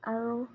আৰু